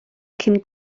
cyn